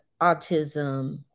autism